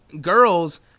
girls